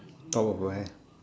top of where